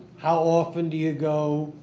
how often do you go,